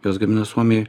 juos gamina suomijoj